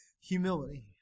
humility